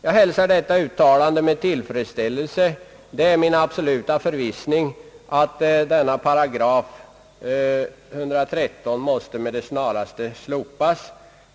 Jag hälsar detta uttalande med tillfredsställelse. Det är min absoluta förvissning att § 113 med det snaraste måste slopas.